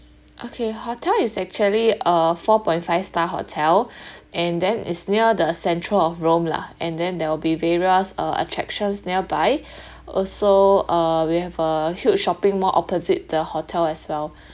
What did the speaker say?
okay hotel is actually uh four point five star hotel and then it's near the central of rome lah and then there will be various uh attractions nearby also uh we have a huge shopping mall opposite the hotel as well